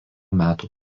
metų